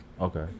Okay